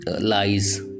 lies